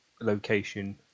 location